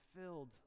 filled